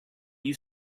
you